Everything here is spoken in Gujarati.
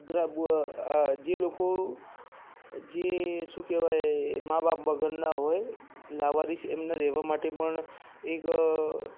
વૃદ્ધા જે લોકો જે શું કહેવાય મા બાપ વગરના હોય લાવારિસ એમના રહેવા માટે પણ એક